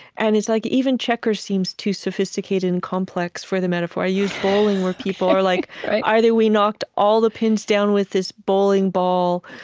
and it's like even checkers seems too sophisticated and complex for the metaphor. i used bowling, where people are like either we knocked all the pins down with this bowling ball,